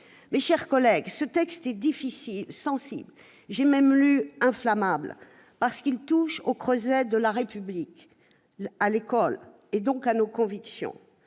Mes chers collègues, ce texte est difficile, sensible- inflammable, ai-je même lu -parce qu'il touche au creuset de la République, l'école, et donc à nos convictions.